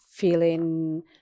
Feeling